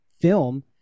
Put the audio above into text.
film